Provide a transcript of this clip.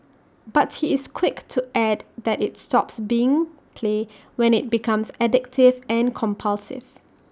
but he is quick to add that IT stops being play when IT becomes addictive and compulsive